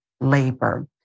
labor